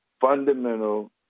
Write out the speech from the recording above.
fundamental